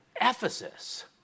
Ephesus